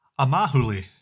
Amahuli